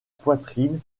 poitrine